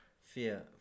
Fear